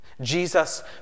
Jesus